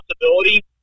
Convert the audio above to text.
possibility